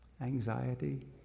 anxiety